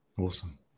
Awesome